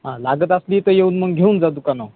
हा लागत असली तर येऊन मग घेऊन जा दुकानावर